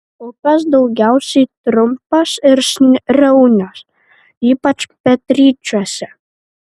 upės daugiausiai trumpos ir sraunios ypač pietryčiuose